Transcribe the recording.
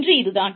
இன்று இது தான்